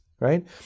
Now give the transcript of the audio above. right